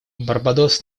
барбадос